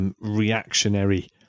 reactionary